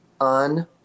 on